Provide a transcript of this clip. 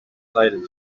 silent